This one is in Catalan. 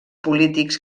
polítics